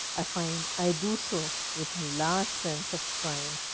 i find i do so with a large sense of triumph.